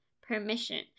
permission